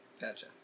Gotcha